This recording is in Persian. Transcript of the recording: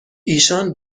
ایشان